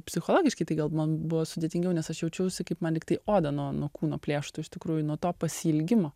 psichologiškai tai gal man buvo sudėtingiau nes aš jaučiausi kaip man lygtai odą nuo nuo kūno plėštų iš tikrųjų nuo to pasiilgimo